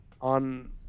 on